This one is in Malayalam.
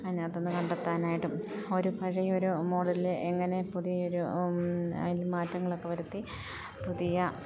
അതിന് അകത്ത് നിന്ന് കണ്ടെത്താനായിട്ടും ഒരു പഴയ ഒരു മോഡൽ എങ്ങനെ പുതിയ ഒരു അതിൽ മാറ്റങ്ങളൊക്കെ വരുത്തി പുതിയ